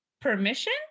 permission